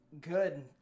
good